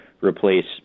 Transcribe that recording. replace